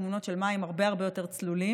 תמונות של מים הרבה הרבה יותר צלולים,